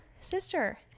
sister